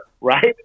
right